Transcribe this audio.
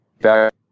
back